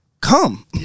come